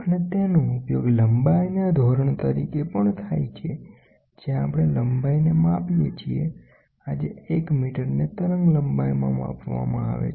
અને તેનો ઉપયોગ લંબાઈના ધોરણ તરીકે થાય છે જે આપણે લંબાઈને માપીએ છીએ આજે 1 મીટરને તરંગલંબાઇમાં માપવામાં આવે છે